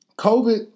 COVID